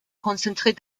concentrer